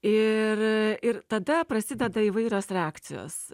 ir ir tada prasideda įvairios reakcijos